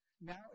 Now